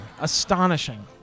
astonishing